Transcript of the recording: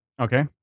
Okay